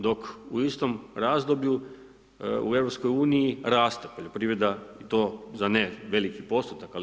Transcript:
Dok u istom razdoblju u EU raste poljoprivreda i to za ne veliki postotak ali 7%